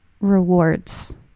rewards